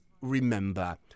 remember